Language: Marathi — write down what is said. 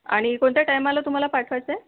आणि कोणत्या टायमाला तुम्हाला पाठवायचं आहे